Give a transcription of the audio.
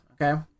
Okay